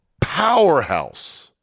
powerhouse